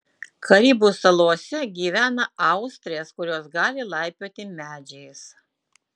karibų salose gyvena austrės kurios gali laipioti medžiais